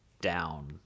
down